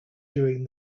during